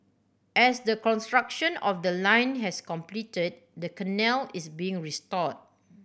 as the construction of the line has completed the canal is being restored